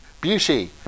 beauty